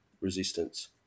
resistance